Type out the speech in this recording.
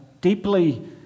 deeply